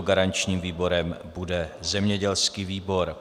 Garančním výborem bude zemědělský výbor.